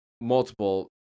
multiple